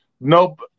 Nope